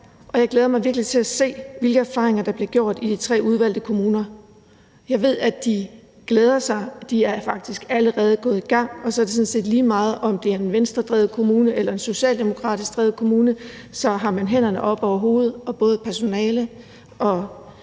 jeg glæder mig virkelig til at se, hvilke erfaringer der bliver gjort i de tre udvalgte kommuner. Jeg ved, at de glæder sig. De er faktisk allerede gået i gang, og så er det sådan set lige meget, om det er en Venstredrevet kommune eller en socialdemokratisk drevet kommune. Man har hænderne oppe over hovedet, og både personale og